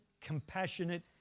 compassionate